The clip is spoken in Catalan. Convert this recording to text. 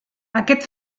aquest